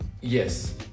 Yes